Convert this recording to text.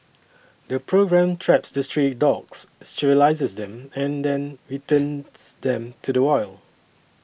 the programme traps the stray dogs sterilises them then returns them to the wild